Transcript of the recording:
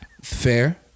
Fair